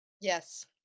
Yes